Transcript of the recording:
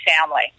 family